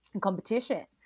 competition